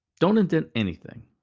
don't indent anything.